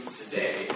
today